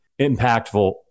impactful